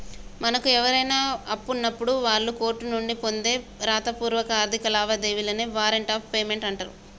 మనకు ఎవరైనా అప్పున్నప్పుడు వాళ్ళు కోర్టు నుండి పొందే రాతపూర్వక ఆర్థిక లావాదేవీలనే వారెంట్ ఆఫ్ పేమెంట్ అంటరు